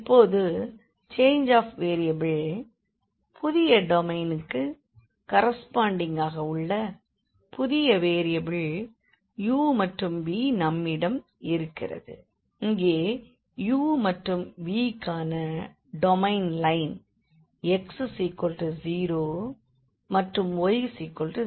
இப்போது change of variable புதிய டொமைனுக்கு கரஸ்பாண்டிங்க் ஆக உள்ள புதிய வேரியபிள் u மற்றும் vநம்மிடம் இருக்கிறது இங்கே u மற்றும் v க்கான டொமைன் லைன் x 0 மாற்று y 0